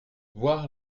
voir